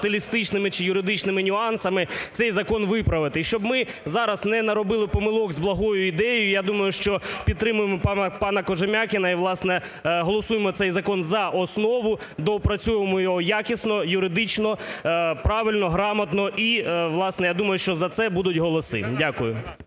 стилістичними чи юридичними нюансами цей закон виправити. І щоб ми зараз не наробили помилок з благою ідеєю, я думаю, що підтримаємо пана Кожем'якіна і, власне, голосуємо цей закон за основу, доопрацюємо його якісно, юридично, правильно, грамотно і, власне, я думаю, що за це будуть голоси. Дякую.